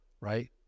right